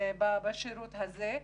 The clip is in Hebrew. בשירות הזה,